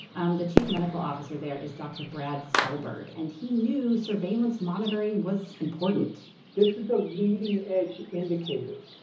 um the chief medical officer there is dr. brad spellberg, and he knew surveillance monitoring was important this is a leading-edge indicator.